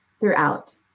Throughout